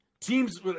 teams